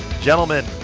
gentlemen